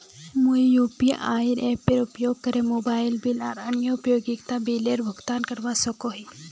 मुई यू.पी.आई एपेर उपयोग करे मोबाइल बिल आर अन्य उपयोगिता बिलेर भुगतान करवा सको ही